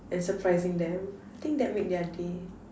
and surprising them I think that made their day